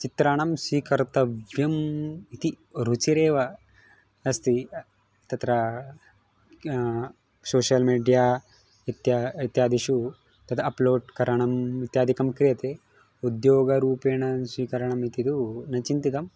चित्राणां स्वीकर्तव्यम् इति रुचिरेव अस्ति तत्र किं सोशियल् मीड्या इत्यादि इत्यादिषु तत् अप्लोड् करणम् इत्यादिकं क्रियते उद्योगरूपेण स्वीकरणम् इति तु न चिन्तितम्